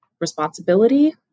responsibility